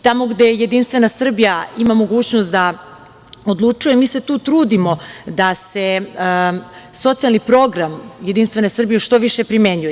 Tamo gde Jedinstvena Srbija ima mogućnost da odlučuje, mi se tu trudimo da se socijalni program Jedinstvene Srbije što više primenjuje.